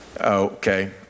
Okay